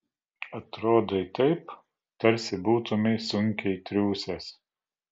atrodai taip tarsi būtumei sunkiai triūsęs